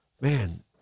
man